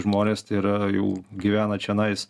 žmones tai yra jau gyvena čionais